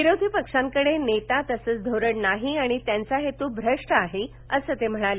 विरोधी पक्षांकडे नेता तसंच धोरण नाही आणि त्यांचा हेतू भ्रष्ट आहे आहे असं ते म्हणाले